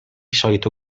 solito